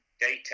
data